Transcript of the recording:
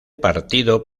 partido